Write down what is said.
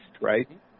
right